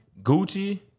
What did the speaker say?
Gucci